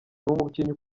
umukinnyi